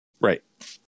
Right